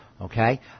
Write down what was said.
Okay